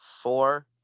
four